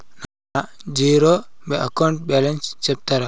నా zero account balance సెప్తారా?